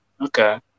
Okay